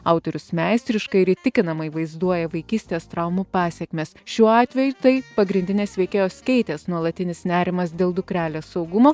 autorius meistriškai ir įtikinamai vaizduoja vaikystės traumų pasekmes šiuo atveju tai pagrindinės veikėjos keitės nuolatinis nerimas dėl dukrelės saugumo